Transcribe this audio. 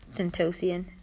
Tentosian